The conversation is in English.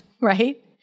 right